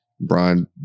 Brian